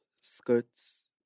skirts